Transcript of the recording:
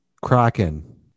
Kraken